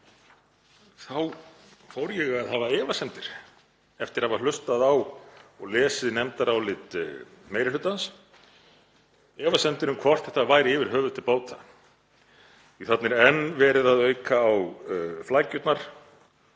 þá fór ég að hafa efasemdir eftir að hafa hlustað á og lesið nefndarálit meiri hlutans, efasemdir um hvort þetta væri yfir höfuð til bóta því að þarna er enn verið að auka á flækjurnar